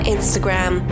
Instagram